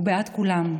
הוא בעד כולם.